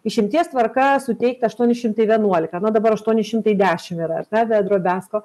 išimties tvarka suteikta aštuoni šimtai vienuolika na dabar aštuoni šimtai dešimt yra ar ne ta drobesko